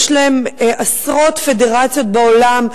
יש להם עשרות פדרציות בעולם.